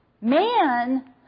man